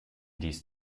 dies